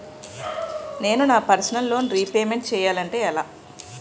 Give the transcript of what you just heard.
నేను నా personal loan repayment చేయాలంటే ఎలా?